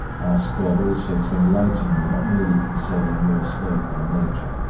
ask god also to enlighten you not merely concerning your state by nature,